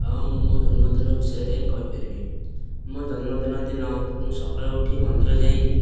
ହଁ ମୁଁ ମୋ ଜନ୍ମ ଦିନ ବିଷୟରେ କହି ପାରିବି ମୋ ଜନ୍ମ ଦିନ ଦିନ ମୁଁ ସକାଳୁ ଉଠି ମନ୍ଦିର ଯାଇ